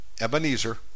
Ebenezer